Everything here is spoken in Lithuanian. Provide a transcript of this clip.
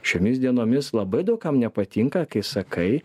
šiomis dienomis labai daug kam nepatinka kai sakai